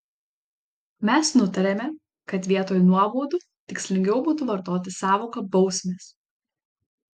mes nutarėme kad vietoj nuobaudų tikslingiau būtų vartoti sąvoką bausmės